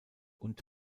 und